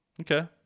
Okay